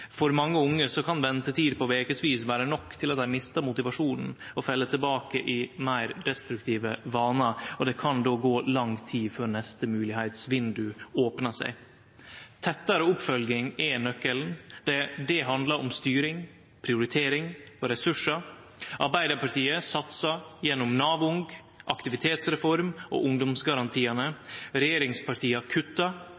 for mange unge kan ventetider på fleire veker vere nok til at dei mistar motivasjonen og fell tilbake i meir destruktive vanar, og det kan då gå lang tid før neste moglegheitsvindauge opnar seg. Tettare oppfølging er nøkkelen. Det handlar om styring, prioritering og ressursar. Arbeidarpartiet satsar gjennom Nav Ung, aktivitetsreform og